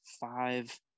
five